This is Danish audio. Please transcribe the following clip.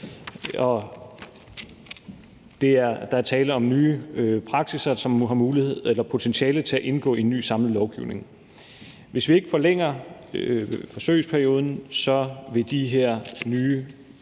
Der er tale om nye praksisser, som har potentiale til at indgå i en ny samlet lovgivning. Hvis vi ikke forlænger forsøgsperioden, vil de her nye